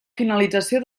finalització